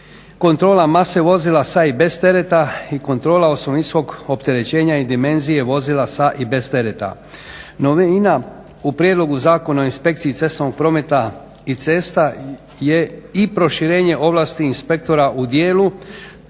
kontrola mase vozila sa i bez tereta i kontrola osovinskog opterećenja i dimenzije vozila sa i bez tereta. Novina u prijedlogu Zakona o inspekciji cestovnog prometa i cesta je i proširenje ovlasti inspektora u dijelu